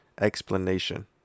explanation